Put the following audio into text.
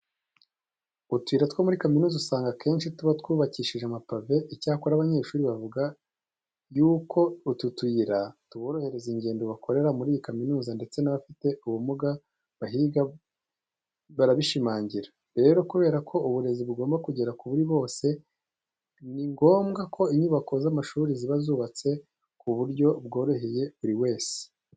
Utuyira two muri kaminuza usanga akenshi tuba twubakishije amapave. Icyakora abanyeshuri bavuga yuko utu tuyira tuborohereza ingendo bakorera muri iyi kaminuza ndetse n'abafite ubumuga bahiga barabishimangira. Rero kubera ko uburezi bugomba kugera kuri bose, ni ngombwa ko inyubako z'amashuri ziba zubatse ku buryo bworoheye buri wese.